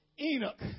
Enoch